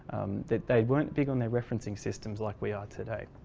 that they weren't big on their referencing systems like we are today,